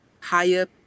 higher